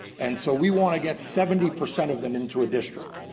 and so we want to get seventy percent of them into a district.